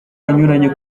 anyuranye